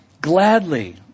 Gladly